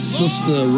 sister